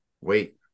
wait